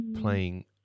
playing